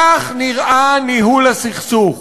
כך נראה ניהול הסכסוך.